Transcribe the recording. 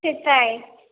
সেটাই